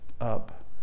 up